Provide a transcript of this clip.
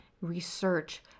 research